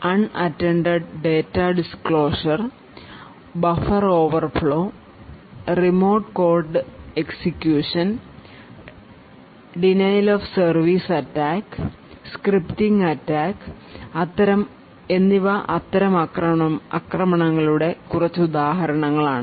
അൺ attended data disclosure buffer overflow remote code execution DOS attack scripting attack അത്തരം ആക്രമണങ്ങളുടെ കുറച്ച് ഉദാഹരണങ്ങളാണ്